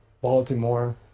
Baltimore